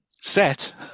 set